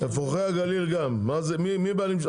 אפרוחי הגליל, מי הבעלים?